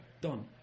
done